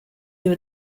you